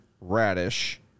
Radish